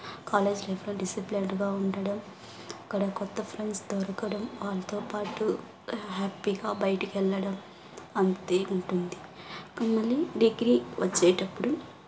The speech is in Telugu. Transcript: కాలేజ్ లైఫ్లో డిసిప్లిన్ద్గా ఉండడం అక్కడ కొత్త ఫ్రెండ్స్ దొరకడం వాళ్లతో పాటు హ్యాపీగా బయటికెళ్లడం అంతే ఉంటుంది మళ్ళీ డిగ్రీ వచ్చెటప్పుడు